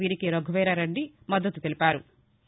వీరికి రఘువీరారెడ్డి మద్గతు తెలిపారు